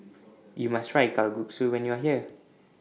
YOU must Try Kalguksu when YOU Are here